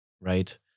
right